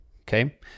Okay